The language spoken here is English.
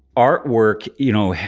artwork, you know,